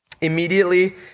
Immediately